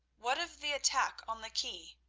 what of the attack on the quay?